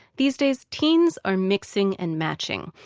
these days, teens are mixing and matching.